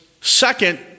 second